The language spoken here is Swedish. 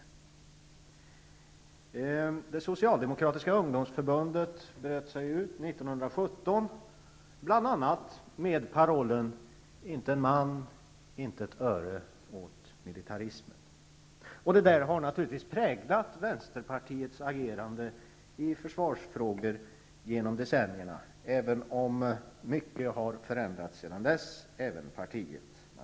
Det tidigare socialdemokratiska ungdomsförbundet bröt sig ut år 1917 med bl.a. parollen ''Inte en man, inte ett öre till militarism'' och blev kärnan i Vänsterpartiet. Det har naturligtvis präglat Vänsterpartiets agerande i försvarsfrågor genom decennierna, även om mycket har förändrat sedan dess -- även partiet.